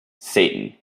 satan